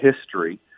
history